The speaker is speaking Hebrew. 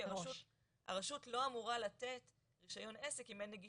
הרשות לא אמורה לתת רישיון עסק אם אין נגישות.